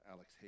Alex